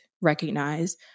recognize